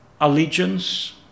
allegiance